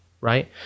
right